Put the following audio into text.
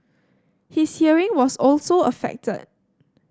his hearing was also affected